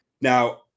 Now